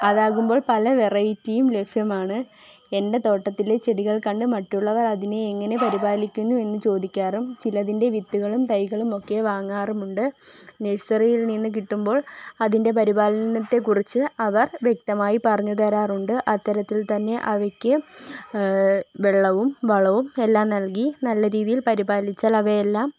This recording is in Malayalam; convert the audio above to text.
അതാകുമ്പോൾ പല വെറയ്റ്റിയും ലഭ്യമാണ് എൻ്റെ തോട്ടത്തിലെ ചെടികൾ കണ്ട് മറ്റുള്ളവർ അതിനെ എങ്ങനെ പരിപാലിക്കുന്നു എന്ന് ചോദിക്കാറും ചിലതിൻ്റെ വിത്തുകളും തൈകളും ഒക്കെ വാങ്ങാറുമുണ്ട് നഴ്സറിയിൽ നിന്ന് കിട്ടുമ്പോൾ അതിൻ്റെ പരിപലനത്തെ കുറിച്ച് അവർ വ്യക്തമായി പറഞ്ഞു തരാറുണ്ട് അത്തരത്തിൽ തന്നെ അവയ്ക് വെള്ളവും വളവും എല്ലാം നൽകി നല്ല രീതിയിൽ പരിപാലിച്ചാൽ അവയെല്ലാം